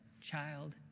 child